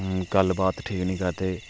गल्ल बात ठीक नेई करदे